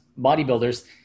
bodybuilders